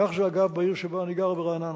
כך זה, אגב, בעיר שבה אני גר, רעננה.